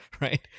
right